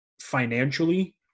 financially